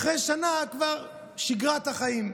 ואחרי שנה, כבר שגרת החיים.